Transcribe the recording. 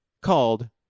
called